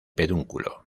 pedúnculo